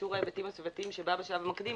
אישור ההיבטים הסביבתיים שבא בשלב המקדים,